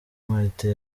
martin